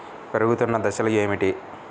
పెరుగుతున్న దశలు ఏమిటి?